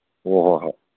ꯍꯣꯏ ꯍꯣꯏ ꯍꯣꯏ